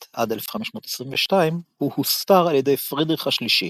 ב-1521–1522 הוא הוסתר על ידי פרידריך השלישי,